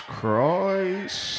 Christ